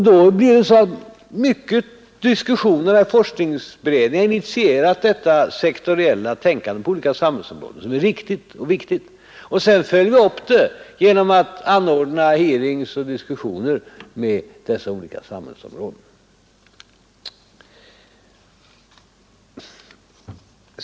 Vi har fört omfattande diskussioner sedan forskningsberedningen initierade detta sektoriella tänkande på olika samhällsområden, som är riktigt och viktigt; vidare anordnas hearings och diskussioner med representanter för dessa olika samhällsområden.